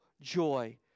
joy